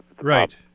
Right